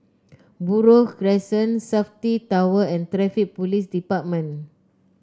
Buroh Crescent Safti Tower and Traffic Police Department